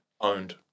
owned